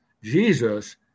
jesus